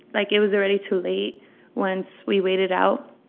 like, it was already too late once we waited out